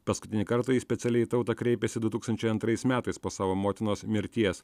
paskutinį kartą ji specialiai į tautą kreipėsi du tūkstančiai antrais metais po savo motinos mirties